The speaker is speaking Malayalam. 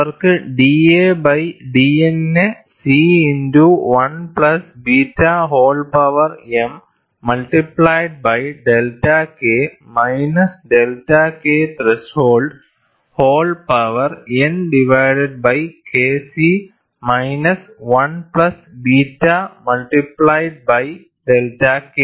അവർക്ക് da ബൈ dN നെ C into 1 plus beta whole power m multiplied by delta K minus delta K threshold whole power n divided by K c minus 1 plus beta multiplied by delta K